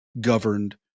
governed